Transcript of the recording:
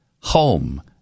home